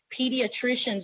pediatrician's